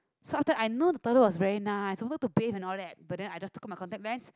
so after I know the toilet was very nice I also to bathe and all that but then I just took out my contact lens